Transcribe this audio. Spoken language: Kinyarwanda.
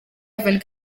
ivan